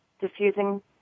diffusing